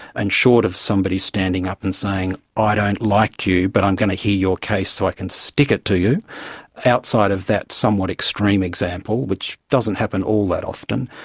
and short of somebody standing up and saying, i ah don't like you but i'm going to hear your case so i can stick it to you outside of that somewhat extreme example, which doesn't happen all that often,